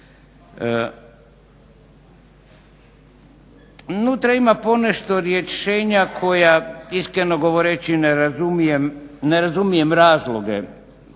Unutra ima ponešto rješenja koja iskreno govoreći ne razumijem razloge